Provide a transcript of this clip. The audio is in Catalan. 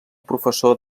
professor